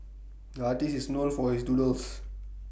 the artist is known for his doodles